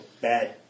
bad